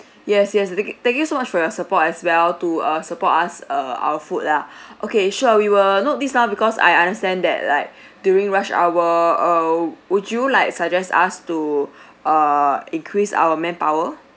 yes yes tha~ thank you so much for your support as well to uh support us err our food lah okay sure we will note this down because I understand that like during rush hour err would you like suggest us to err increase our manpower